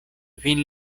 vin